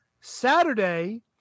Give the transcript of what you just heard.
Saturday